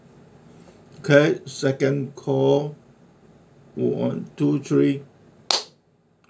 okay second call one two three